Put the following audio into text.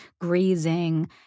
grazing